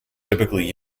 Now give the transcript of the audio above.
typically